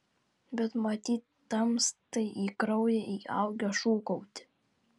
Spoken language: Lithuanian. bet matyt tamstai į kraują įaugę šūkauti